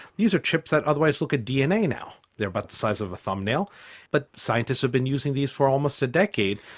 these are chips that otherwise look at dna now, they are about the size of a thumb nail but scientists have been using these for almost a decade.